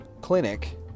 clinic